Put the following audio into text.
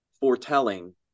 foretelling